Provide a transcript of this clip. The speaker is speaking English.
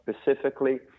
specifically